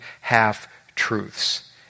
half-truths